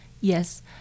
yes